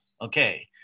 Okay